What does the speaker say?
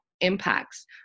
impacts